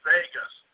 Vegas